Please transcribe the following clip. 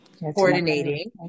coordinating